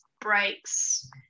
breaks